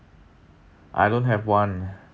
I don't have one